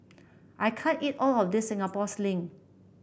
I can't eat all of this Singapore Sling